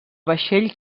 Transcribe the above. vaixell